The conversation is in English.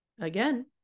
again